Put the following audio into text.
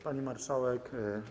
Pani Marszałek!